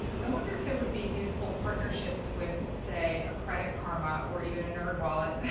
i wonder if there would be useful partnerships with, say, a credit karma or even a nerdwallet,